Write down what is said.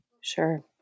Sure